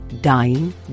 dying